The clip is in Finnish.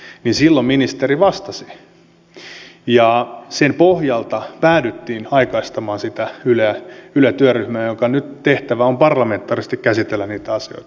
silloin ministeri vastasi ja sen pohjalta päädyttiin aikaistamaan sitä yle työryhmää jonka tehtävä on nyt parlamentaarisesti käsitellä niitä asioita